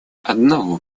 одного